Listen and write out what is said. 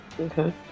Okay